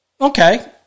okay